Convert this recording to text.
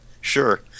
Sure